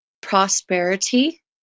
prosperity